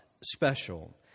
special